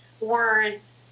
words